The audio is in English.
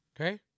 Okay